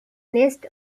nest